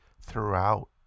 throughout